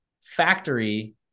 factory